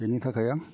बेनि थाखाय आं